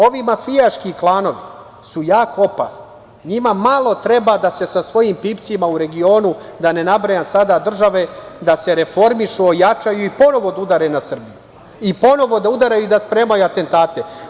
Ovi mafijaški klanovi su jako opasni, njima malo treba da se sa svojim pipcima u regionu, da ne nabrajam sada države, da se reformišu, ojačaju i ponovo da udare na Srbiju i ponovo da udaraju i da spremaju atentate.